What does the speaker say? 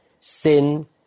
sin